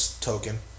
token